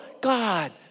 God